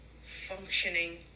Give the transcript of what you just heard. functioning